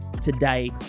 today